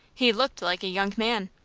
he looked like a young man.